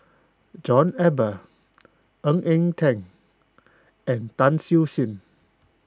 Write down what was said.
John Eber Ng Eng Teng and Tan Siew Sin